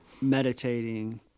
meditating